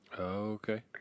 Okay